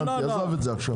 אני ועד העובדים בנמל חיפה.